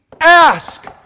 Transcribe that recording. Ask